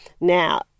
Now